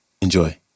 Enjoy